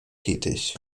tätig